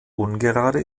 ungerade